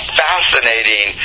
fascinating